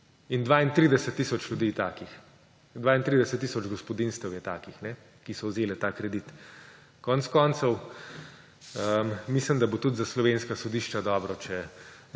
In 32 tisoč ljudi je takih. 32 tisoč gospodinjstev je takih, ki so vzele ta kredit! Konec koncev, mislim, da bo tudi za slovenska sodišča dobro, če